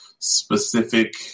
specific